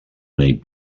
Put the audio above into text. may